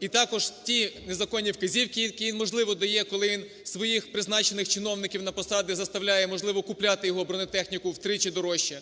і також ті незаконні вказівки, які він можливо дає, коли він своїх призначених чиновників на посади заставляє, можливо, купувати його бронетехніку втричі дорожче.